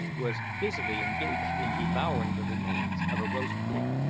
was busily engaged in devouring the remains of a roast pig.